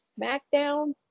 Smackdown